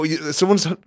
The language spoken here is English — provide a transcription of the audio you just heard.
Someone's